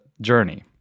journey